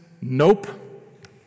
nope